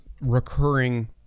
recurring